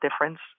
difference